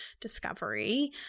discovery